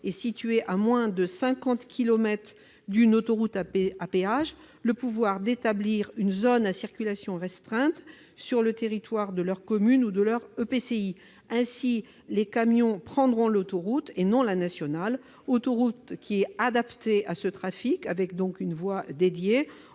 est située à moins de 50 kilomètres d'une autoroute à péage le pouvoir d'établir une zone à circulation restreinte sur le territoire de leur commune ou de leur EPCI. Ainsi, les camions quitteront la route nationale pour l'autoroute, qui est adaptée à ce trafic et lui dédie